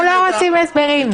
אנחנו לא רוצים הסברים.